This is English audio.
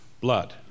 blood